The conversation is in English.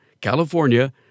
California